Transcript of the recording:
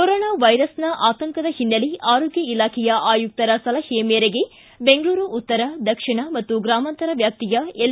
corona ವೈರಸ್ನ ಆತಂಕದ ಹಿನ್ನೆಲೆ ಆರೋಗ್ಯ ಇಲಾಖೆಯ ಆಯುಕ್ತರ ಸಲಹೆ ಮೇರೆಗೆ ಬೆಂಗಳೂರು ಉತ್ತರ ದಕ್ಷಿಣ ಮತ್ತು ಗ್ರಾಮಾಂತರ ವ್ಯಾಪ್ತಿಯ ಎಲ್